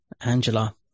Angela